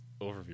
overview